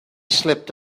slipped